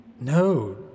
No